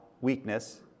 weakness